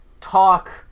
talk